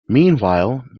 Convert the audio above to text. meanwhile